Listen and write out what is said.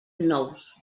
nous